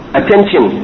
attention